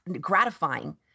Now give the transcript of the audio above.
gratifying